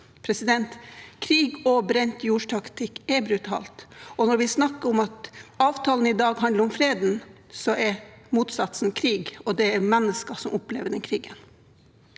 der. Krig og brent jords taktikk er brutalt. Når vi snakker om at avtalen i dag handler om freden, er motsatsen krig, og det er mennesker som opplever den krigen.